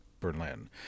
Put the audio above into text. Berlin